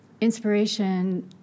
inspiration